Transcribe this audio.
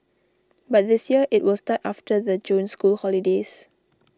but this year it will start after the June school holidays